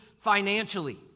financially